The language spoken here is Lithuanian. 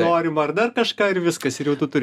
norimą ar dar kažką ir viskas ir jau tu turi